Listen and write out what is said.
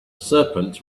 serpent